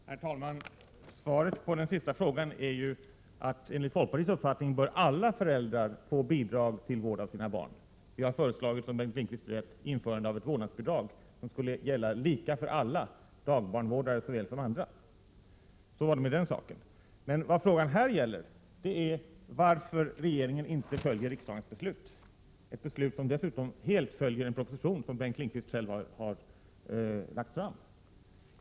Herr talman! Svaret på Bengt Lindqvists sista fråga är att alla föräldrar, enligt folkpartiets uppfattning, bör få bidrag till vård av sina barn. Vi har som Bengt Lindqvist vet föreslagit införande av ett vårdnadsbidrag som skulle gälla lika för alla, dagbarnvårdare lika väl som andra. Så var det med den saken. Vad frågan här gäller är varför regeringen inte följer riksdagens beslut — ett beslut som dessutom helt följer en proposition som Bengt Lindqvist själv har lagt fram.